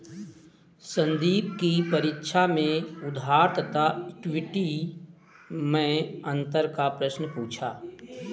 संदीप की परीक्षा में उधार तथा इक्विटी मैं अंतर का प्रश्न पूछा